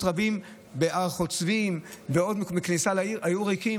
רבים כמו הר חוצבים בכניסה לעיר היו ריקים,